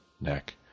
neck